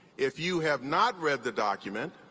if you have not read the document,